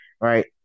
right